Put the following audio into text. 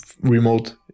remote